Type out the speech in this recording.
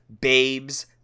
babes